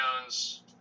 Jones